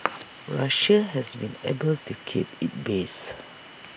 Russia has been able to keep its base